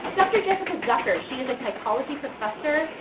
dr. jessica zucker, she is a psychology professor.